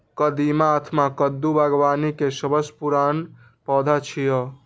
कदीमा अथवा कद्दू बागबानी के सबसं पुरान पौधा छियै